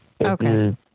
Okay